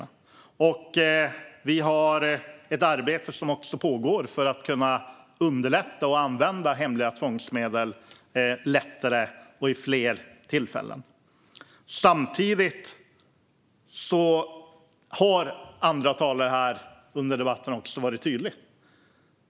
Det pågår också ett arbete för att underlätta användning av hemliga tvångsmedel och för att det ska kunna ske vid fler tillfällen. Samtidigt har andra talare under debatten varit tydliga.